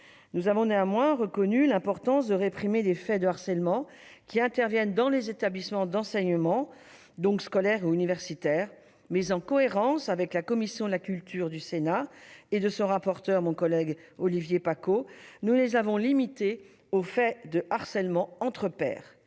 Nous avons néanmoins reconnu l'importance de réprimer les faits de harcèlement qui interviennent dans les établissements d'enseignement, donc scolaires ou universitaires. Mais, en cohérence avec la position de la commission de la culture du Sénat et de son rapporteur, Olivier Paccaud, nous les avons limités aux faits de harcèlements entre pairs.